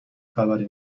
خبری